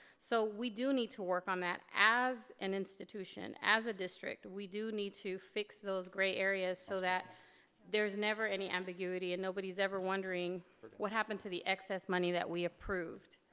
so we do need to work on that as an institution, as a district. we do need to fix those gray areas so that there's never any ambiguity and nobody's ever wondering what happened to the excess money that we approved.